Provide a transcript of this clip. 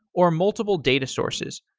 or multiple data sources.